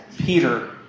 Peter